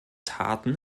taten